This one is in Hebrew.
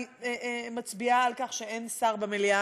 אני מצביעה על כך שאין שר במליאה,